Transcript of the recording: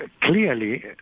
clearly